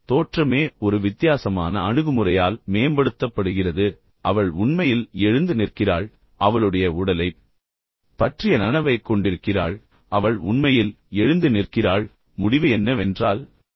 எனவே தோற்றமே ஒரு வித்தியாசமான அணுகுமுறையால் மேம்படுத்தப்படுகிறது அவள் உண்மையில் எழுந்து நிற்கிறாள் அவளுடைய உடலைப் பற்றிய நனவைக் கொண்டிருக்கிறாள் அவள் உண்மையில் எழுந்து நிற்கிறாள் அவளுடைய உடலைப் பற்றிய நனவைக் கொண்டிருக்கிறாள்